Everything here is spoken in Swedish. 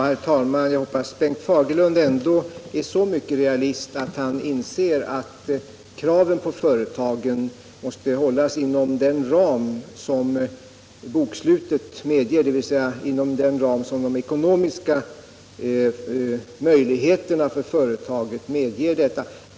Herr talman! Jag hoppas Bengt Fagerlund ändå är så mycket realist att han inser att kraven på företagen måste hållas inom den ram som bokslutet medger, dvs. inom den ram som de ekonomiska möjligheterna för företagen medger.